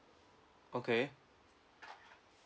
okay